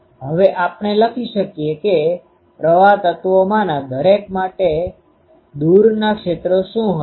હવે આપણે લખી શકીએ કે પ્રવાહ તત્વોમાંના દરેક માટે દુરના ક્ષેત્ર શુ હશે